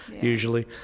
usually